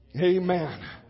Amen